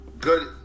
good